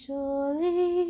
Surely